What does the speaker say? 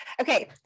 Okay